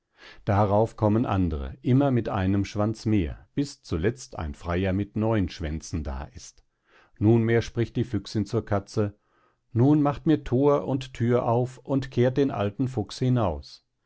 darauf kommen andere immer mit einem schwanz mehr bis zuletzt ein freier mit neun schwänzen da ist nunmehr spricht die füchsin zur katze nun macht mir thor und thür auf und kehrt den alten herrn fuchs hinaus